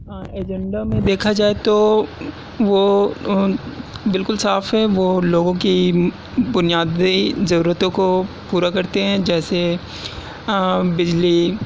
agenda میں دیکھا جائے تو وہ بالکل صاف ہیں وہ لوگوں کی بنیادی ضرورتوں کو پورا کرتے ہیں جیسے بجلی